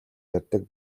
ярьдаг